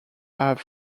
have